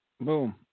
Boom